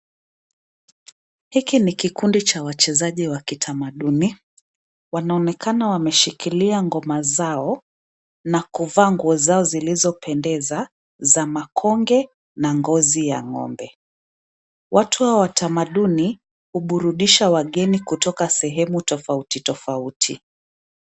Hiki ni kikundi cha wachezaji wa kitamaduni. Wanaonekana wameshikilia ngoma zao na kuvaa nguo zao zilizopendeza za makonge na ngozi ya ng'ombe. Watu hawa wa tamaduni huburudisha wageni kutoka sehemu tofauti tofauti.